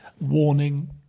warning